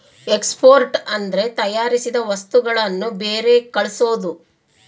export ಅಂದ್ರೆ ತಯಾರಿಸಿದ ವಸ್ತುಗಳನ್ನು ಬೇರೆ ಕಳ್ಸೋದು